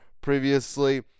previously